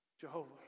Jehovah